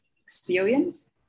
experience